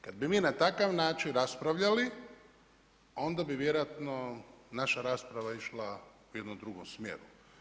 Kad bi mi na takav način raspravljali, onda bi vjerojatno naša rasprava išla u jednom drugom smjeru.